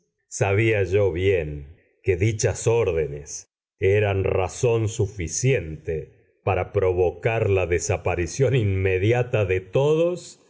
sabía yo bien que dichas órdenes eran razón suficiente para provocar la desaparición inmediata de todos